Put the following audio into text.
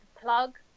plug